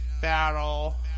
battle